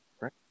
right